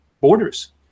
borders